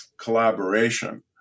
collaboration